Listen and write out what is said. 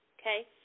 okay